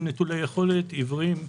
לילדים נטולי יכולת, עיוורים ועוד.